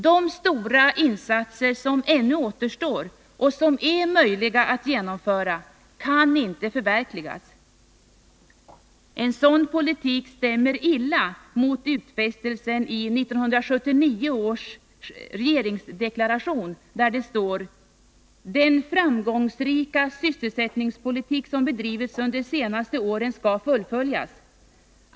De stora insatser som ännu återstår och som är möjliga att genomföra kan inte förverkligas. En sådan politik stämmer illa med utfästelsen i 1979 års regeringsdeklaration där det står: ”——— den framgångsrika sysselsättningspolitik som bedrivits under senaste åren skall fullföljas.